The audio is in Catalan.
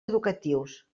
educatius